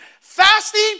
Fasting